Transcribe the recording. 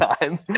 time